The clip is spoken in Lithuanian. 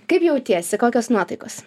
kaip jautiesi kokios nuotaikos